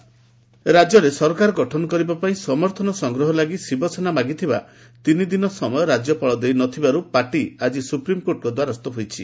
SC Shiv Sena ରାଜ୍ୟରେ ସରକାର ଗଠନ କରିବା ପାଇଁ ସମର୍ଥନ ସଂଗ୍ରହ ଲାଗି ଶିବସେନା ମାଗିଥିବା ତିନି ଦିନ ସମୟ ରାଜ୍ୟପାଳ ଦେଇନଥିବାରୁ ପାର୍ଟି ଆକି ସୁପ୍ରିମ୍କୋର୍ଟଙ୍କ ଦ୍ୱାରସ୍ଥ ହୋଇଛି